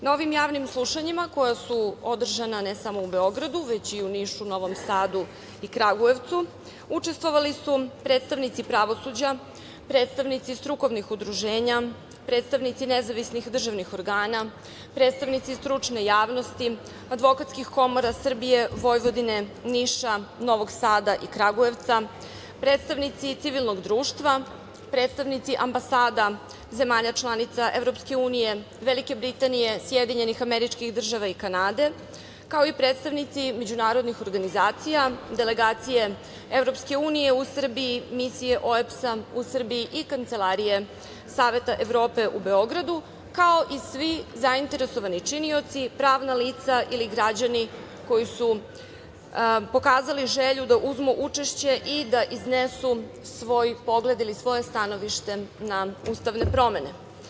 Na ovim javnim slušanjima koja su održana ne samo u Beogradu, već i u Nišu, Novom Sadu i Kragujevcu, učestvovali su predstavnici pravosuđa, predstavnici strukovnih udruženja, predstavnici nezavisnih državnih organa, predstavnici stručne javnosti, advokatskih komora Srbije, Vojvodine, Niša, Novog Sada i Kragujevca, predstavnici civilnog društva, predstavnici ambasada zemalja članica EU, Velike Britanije, SAD i Kanade, kao i predstavnici međunarodnih organizacija, delegacije EU u Srbiji, Misije OEBS-a u Srbiji i Kancelarije Saveta Evrope u Beogradu, kao i svi zainteresovani činioci, pravna lica ili građani koji su pokazali želju da uzmu učešće i da iznesu svoj pogled ili svoje stanovište na ustavne promene.